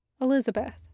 Elizabeth